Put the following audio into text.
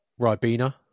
Ribena